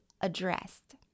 addressed